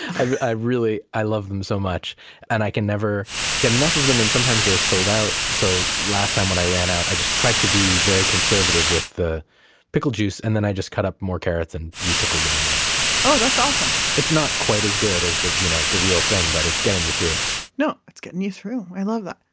i love them so much and i can never get enough of them. sometimes they're sold out. so last time when i ran out, i just tried to be very conservative with the pickle juice, and then i just cut up more carrots and re-pickled them in there oh, that's awesome it's not quite as good as the you know the real thing, but it's getting me through it no. it's getting you through. i love that.